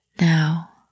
now